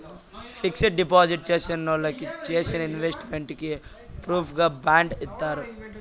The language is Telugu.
ఫిక్సడ్ డిపాజిట్ చేసినోళ్ళకి చేసిన ఇన్వెస్ట్ మెంట్ కి ప్రూఫుగా బాండ్ ఇత్తారు